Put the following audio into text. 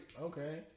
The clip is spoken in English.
Okay